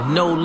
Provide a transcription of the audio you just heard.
no